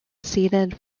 ceded